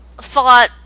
thought